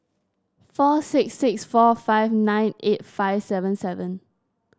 four six six four five nine eight five seven seven